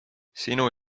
sinu